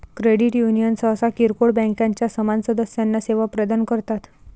credit union सहसा किरकोळ बँकांच्या समान सदस्यांना सेवा प्रदान करतात